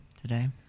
today